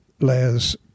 layers